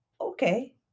okay